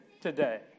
today